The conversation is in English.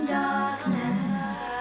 darkness